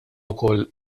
wkoll